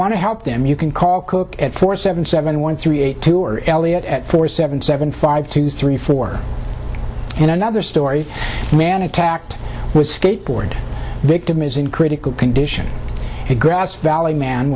want to help them you can call cook at four seven seven one three eight two or elliot at four seven seven five two three four in another story a man attacked with skateboard victim is in critical condition in grass valley man